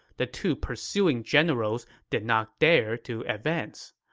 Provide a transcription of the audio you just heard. the two pursuing generals did not dare to advance.